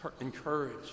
encourage